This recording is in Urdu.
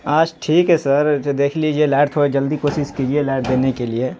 آج ٹھیک ہے سر جو دیکھ لیجیے لائٹ تھوڑی جلدی کوشش کیجیے لائٹ دینے کے لیے